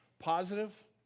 Positive